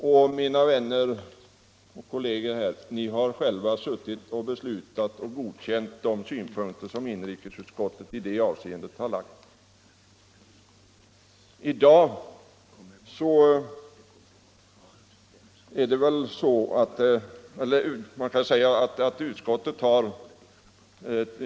Och, mina vänner och kolleger i kammaren, vi har själva varit med om att godkänna de synpunkter inrikesutskottet i det avseendet har anfört.